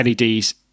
leds